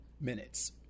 minutes